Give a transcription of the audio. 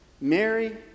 Mary